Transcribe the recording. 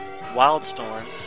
Wildstorm